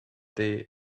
they